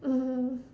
mm